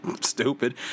stupid